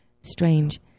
strange